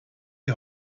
die